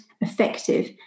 effective